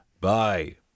bye